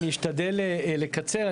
אני אשתדל לקצר.